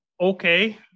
okay